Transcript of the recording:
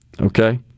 Okay